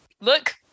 Look